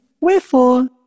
wherefore